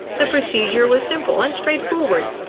the procedure was simple and straightforward.